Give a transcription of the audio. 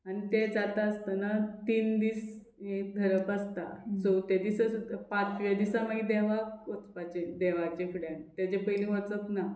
आनी ते जाता आसतना तीन दीस हें धरप आसता चवथ्या दिसा सुद्दां पांचव्या दिसा मागीर देवाक वचपाचें देवाचे फुड्यान तेजे पयलीं वचप ना